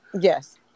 yes